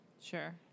Sure